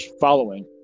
following